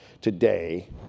today